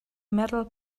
metal